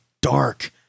dark